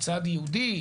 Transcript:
מצד יהודי,